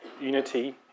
unity